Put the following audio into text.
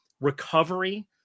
recovery